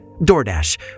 DoorDash